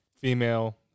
female